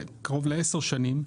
קרוב לעשר שנים,